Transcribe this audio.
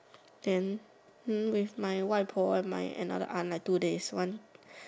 then hmm with my 外婆 and my another aunt like two days one